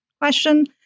question